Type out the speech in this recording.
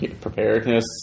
preparedness